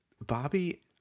Bobby